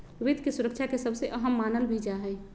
वित्त के सुरक्षा के सबसे अहम मानल भी जा हई